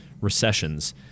recessions